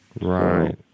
Right